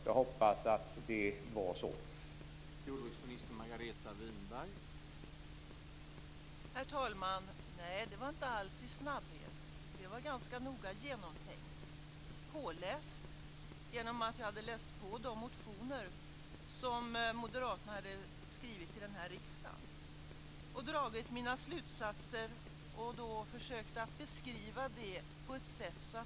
Jag hoppas att det var så i det här fallet.